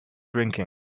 drinking